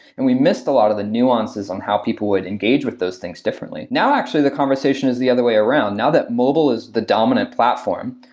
and we missed a lot of the nuances on how people would engage with those things differently. now, actually, the conversation is the other way around. now that mobile is the dominant platform,